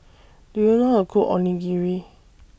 Do YOU know How Cook Onigiri